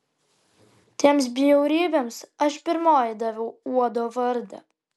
tiems bjaurybėms aš pirmoji daviau uodo vardą